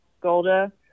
golda